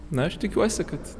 na aš tikiuosi kad